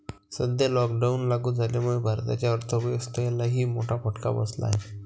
सध्या लॉकडाऊन लागू झाल्यामुळे भारताच्या अर्थव्यवस्थेलाही मोठा फटका बसला आहे